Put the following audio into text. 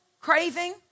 craving